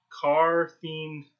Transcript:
car-themed